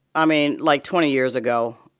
i mean like, twenty years ago.